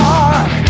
Dark